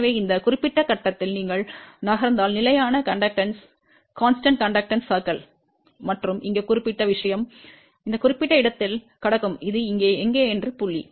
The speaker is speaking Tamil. எனவே இந்த குறிப்பிட்ட கட்டத்தில் நீங்கள் நகர்ந்தால் நிலையான நடத்தை வட்டம் மற்றும் இங்கே குறிப்பிட்ட விஷயம் இந்த குறிப்பிட்ட இடத்தில் கடக்கும் இது இங்கே எங்கே என்று புள்ளி